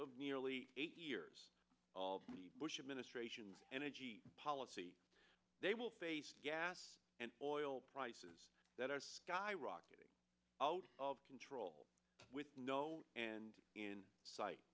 of nearly eight years of the bush administration's energy policy they will face gas and oil prices that are skyrocketing out of control with no and in sight